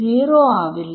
0ആവില്ല